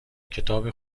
کتاب